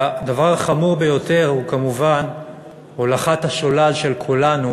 הדבר החמור ביותר הוא כמובן הולכת השולל של כולנו,